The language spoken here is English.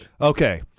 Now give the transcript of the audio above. Okay